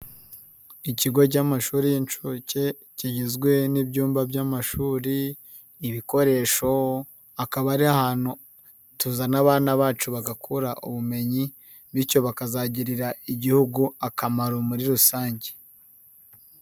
Ikigo cy'amashuri y'inshuke kigizwe n'ibyumba by'amashuri, ibikoresho akaba ari ahantu tuzana abana bacu bagakura ubumenyi bityo bakazagirira igihugu akamaro muri rusange.